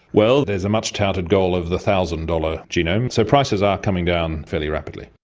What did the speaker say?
well, there's the much-touted goal of the thousand-dollar genome, so pries are coming down fairly rapidly.